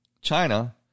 China